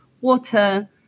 water